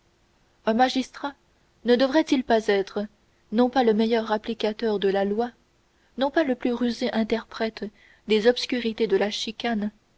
un magistrat ne devrait-il pas être non pas le meilleur applicateur de la loi non pas le plus rusé interprète des obscurités de la chicane